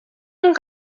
این